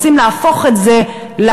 רוצים להפוך את זה לכלל.